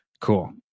cool